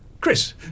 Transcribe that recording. Chris